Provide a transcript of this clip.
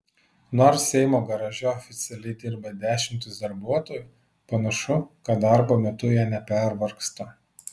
nors seimo garaže oficialiai dirba dešimtys darbuotojų panašu kad darbo metu jie nepervargsta